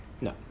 No